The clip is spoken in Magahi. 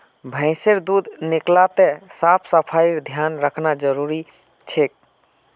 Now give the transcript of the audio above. भैंसेर दूध निकलाते साफ सफाईर ध्यान रखना जरूरी छिके